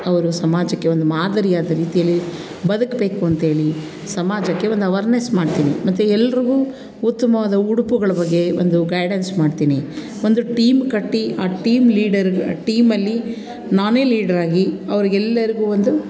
ಅವರು ಸಮಾಜಕ್ಕೆ ಒಂದು ಮಾದರಿಯಾದ ರೀತಿಯಲ್ಲಿ ಬದುಕಬೇಕು ಅಂಥೇಳಿ ಸಮಾಜಕ್ಕೆ ಒಂದು ಅವರ್ನೆಸ್ ಮಾಡ್ತೀನಿ ಮತ್ತು ಎಲ್ರಿಗೂ ಉತ್ತಮವಾದ ಉಡುಪುಗಳ ಬಗ್ಗೆ ಒಂದು ಗೈಡೆನ್ಸ್ ಮಾಡ್ತೀನಿ ಒಂದು ಟೀಮ್ ಕಟ್ಟಿ ಆ ಟೀಮ್ ಲೀಡರ್ ಆ ಟೀಮಲ್ಲಿ ನಾನೇ ಲೀಡ್ರಾಗಿ ಅವ್ರಿಗೆಲ್ಲರ್ಗೂ ಒಂದು